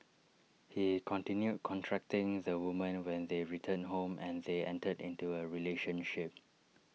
he continued contacting the woman when they returned home and they entered into A relationship